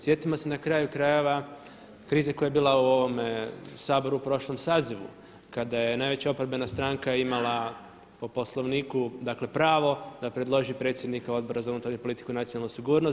Sjetimo se na kraju krajeva krize koja je bila u ovome Saboru u prošlom sazivu kada je najveća oporbena stranka imala po Poslovniku, dakle pravo da predloži predsjednika Odbora za unutarnju politiku i nacionalnu sigurnost.